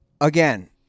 Again